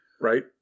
right